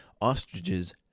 ostriches